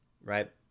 right